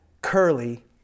Curly